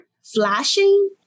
flashing